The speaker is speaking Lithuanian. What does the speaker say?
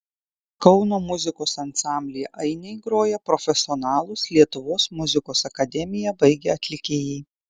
kauno muzikos ansamblyje ainiai groja profesionalūs lietuvos muzikos akademiją baigę atlikėjai